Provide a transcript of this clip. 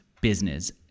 business